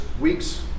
weeks